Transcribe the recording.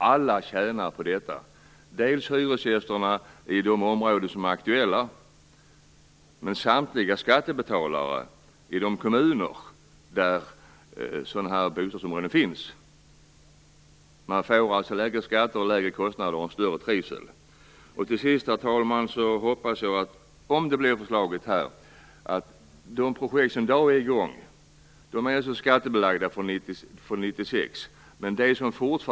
Alla tjänar på detta - hyresgästerna i de aktuella områdena och samtliga skattebetalare i de kommuner där sådana här bostadsområden finns. Man får alltså lägre skatter, lägre kostnader och en ökad trivsel. Herr talman! De projekt som är i gång är alltså skattebelagda från 1996.